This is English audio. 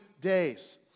days